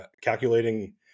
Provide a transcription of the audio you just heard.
calculating